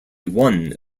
one